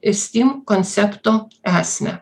stim koncepto esmę